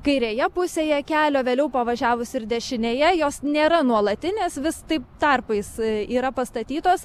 kairėje pusėje kelio vėliau pavažiavus ir dešinėje jos nėra nuolatinės vis taip tarpais yra pastatytos